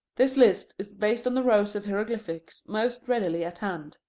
this list is based on the rows of hieroglyphics most readily at hand.